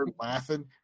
laughing